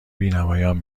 بینوایان